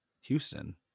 Houston